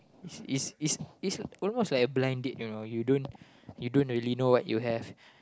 is is is is almost like a blind date you know you don't you don't really know what you have